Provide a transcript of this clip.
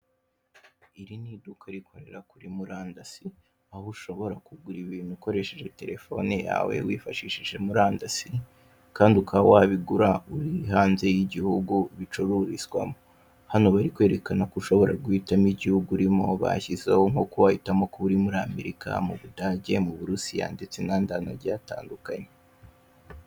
Iri ni iduka rikorera kuri murandasi, aho ushobora kugura ibintu ukoresheje telefone yawe wifashishije murandasi, kandi ukaba wabigura uri hanze y'igihugu bicururizwamo. Hano bari kwerekana ko ushobora guhitamo igihugu urimo, bashyizeho nko kuba wahitamo kuba uri muri America, mu Budage, mu Burusiya ndetse n'ahandi hantu hagiye hatandukanye.